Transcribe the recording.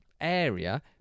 area